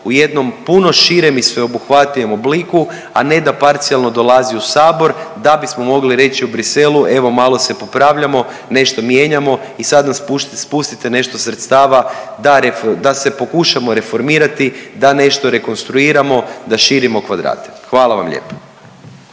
u jednom puno širem i sveobuhvatnijem obliku, a ne da parcijalno dolazi u sabor da bismo mogli reći u Bruxellesu evo malo se popravljamo, nešto mijenjamo i sad nas pustite nešto sredstava da se pokušamo reformirati, da nešto rekonstruiramo, da širimo kvadrate. Hvala vam lijepa.